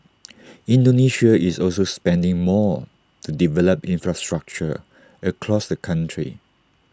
Indonesia is also spending more to develop infrastructure across the country